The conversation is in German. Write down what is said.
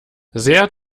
sehr